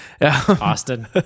Austin